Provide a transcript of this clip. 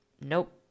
nope